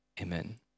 Amen